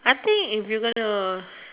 I think if you gonna